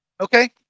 Okay